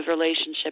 relationship